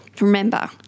remember